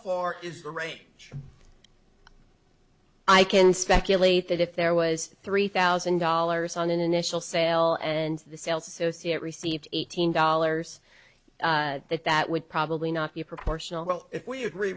range i can speculate that if there was three thousand dollars on an initial sale and the sales associate received eighteen dollars that that would probably not be proportional well if we agree